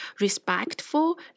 respectful